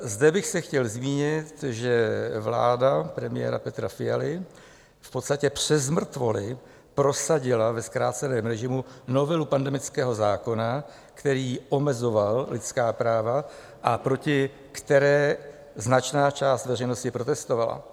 Zde bych se chtěl zmínit, že vláda premiéra Petra Fialy v podstatě přes mrtvoly prosadila ve zkráceném režimu novelu pandemického zákona, který omezoval lidská práva a proti které značná část veřejnosti protestovala.